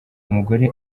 umugore